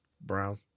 Brown